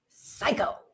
psycho